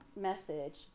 message